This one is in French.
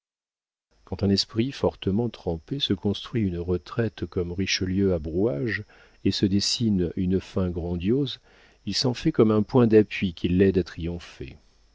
quand un esprit fortement trempé se construit une retraite comme richelieu à brouage et se dessine une fin grandiose il s'en fait comme un point d'appui qui l'aide à triompher